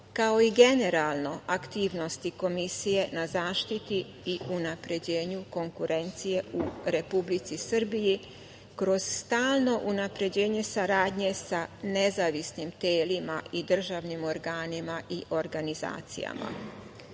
kao i generalno aktivnosti Komisije na zaštiti i unapređenju konkurencije u Republici Srbiji, kroz stalno unapređenje saradnje sa nezavisnim telima i državnim organima i organizacijama. Posebno